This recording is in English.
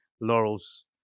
Laurel's